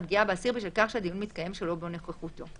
תחליף טלפוני לחובת התייצבות במשטרה בשל הגבלת היציאה למרחב הציבורי